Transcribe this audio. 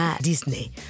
Disney